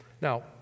Now